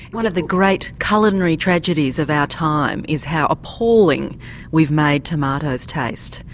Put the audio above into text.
one of the great culinary tragedies of our time is how appalling we've made tomatoes taste.